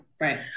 right